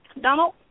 Donald